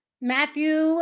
Matthew